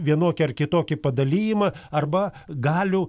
vienokį ar kitokį padalijimą arba galių